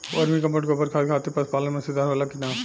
Vermi compost गोबर खाद खातिर पशु पालन में सुधार होला कि न?